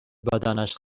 بدنش